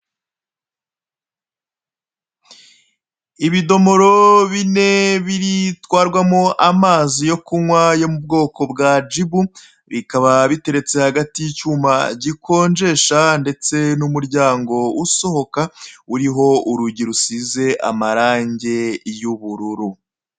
Ibidomoro bine bitwarwamo amazi yo mu bwoko bwa jibu, bikaba biteretse hagati y'icyuma gikonjesha, ndetse n'imuryango usohoka uriho urugi rusize amarange y'ubururu.